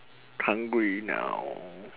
hungry now